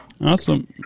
awesome